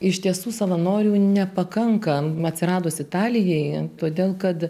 iš tiesų savanorių nepakanka atsiradus italijai todėl kad